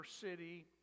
city